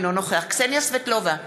אינו נוכח קסניה סבטלובה,